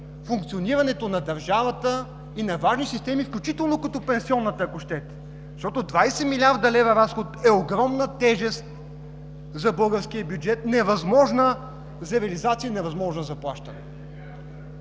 функционирането на държавата и на важни системи, включително пенсионната, защото 20 млрд. лв. е огромна тежест за българския бюджет, невъзможна за реализация, невъзможна за плащане.